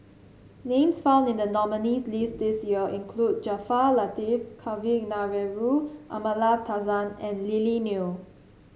names found in the nominees' list this year include Jaafar Latiff Kavignareru Amallathasan and Lily Neo